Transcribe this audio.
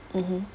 mmhmm